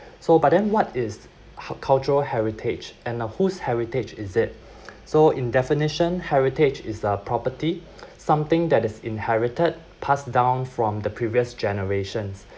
so but then what is how cultural heritage and uh whose heritage is it so in definition heritage is the property something that is inherited pass down from the previous generations